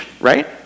right